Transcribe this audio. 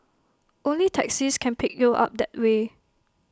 only taxis can pick you up that way